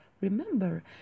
remember